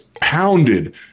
pounded